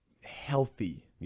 healthy